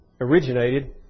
originated